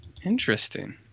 Interesting